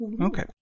Okay